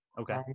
Okay